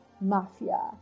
mafia